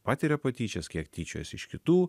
patiria patyčias kiek tyčiojasi iš kitų